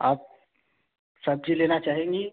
आप सब्ज़ी लेना चाहेंगी